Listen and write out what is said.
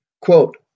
Quote